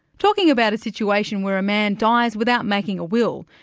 talking about a situation where a man dies without making a will,